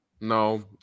No